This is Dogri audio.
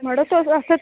मड़ो तुस ओह्के